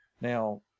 Now